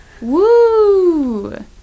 Woo